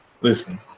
listen